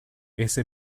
ese